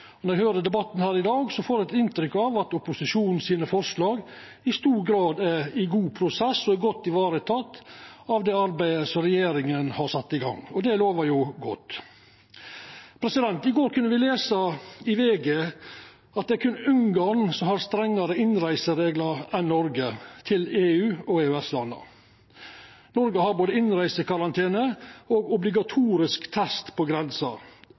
Når eg høyrer debatten her i dag, får eg eit inntrykk av at opposisjonen forslaga sine i stor grad er i god prosess og godt varetekne av det arbeidet regjeringa har sett i gang. Det lovar godt. I går kunne me lesa i VG at det berre er Ungarn som har strengare innreisereglar enn Noreg for EU og EØS-landa. Noreg har både innreisekarantene og obligatorisk test på grensa.